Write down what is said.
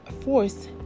force